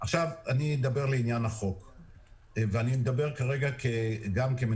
אני מדבר לעניין החוק ואני מדבר גם כמנהל